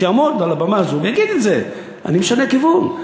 שיעמוד על הבמה הזו ויגיד את זה: אני משנה כיוון.